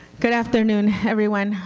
good afternoon everyone.